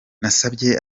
nasabye